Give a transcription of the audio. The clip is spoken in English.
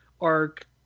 arc